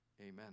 Amen